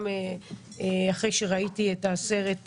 גם אחרי שראיתי את הסרט,